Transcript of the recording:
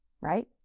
right